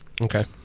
Okay